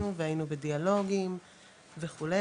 ניסינו והיינו בדיאלוגים וכו',